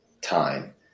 time